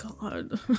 God